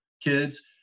kids